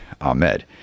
Ahmed